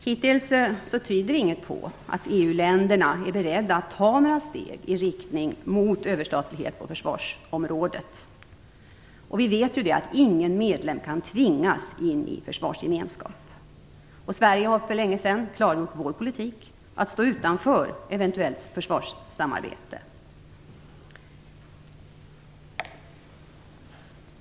Hittills tyder inget på att EU-länderna är beredda att ta några steg i riktning mot överstatlighet på försvarsområdet. Vi vet att ingen medlem kan tvingas in i en försvarsgemenskap. Sverige har också för länge sedan klargjort sin politik att stå utanför eventuellt försvarssamarbete.